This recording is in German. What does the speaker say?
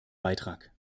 beitrag